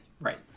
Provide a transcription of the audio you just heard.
right